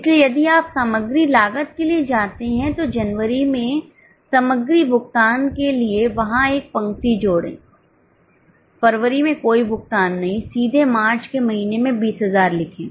इसलिए यदि आप सामग्री लागत के लिए जाते हैं तो जनवरी में सामग्री भुगतान के लिए वहां एक पंक्ति जोड़े फरवरी में कोई भुगतान नहीं सीधे मार्च के महीने में 20000 लिखें